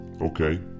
okay